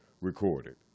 recorded